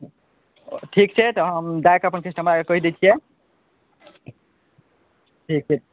ठीक छै तऽ हम जा कऽ अपन कस्टमर कहि दै छिए ठीक छै